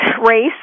race